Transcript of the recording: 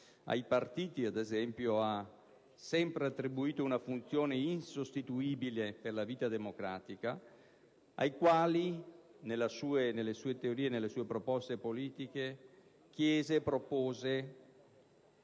Ai partiti, ad esempio, ha sempre attribuito una funzione insostituibile per la vita democratica. Ad essi, nelle sue teorie e nelle sue proposte politiche, chiese di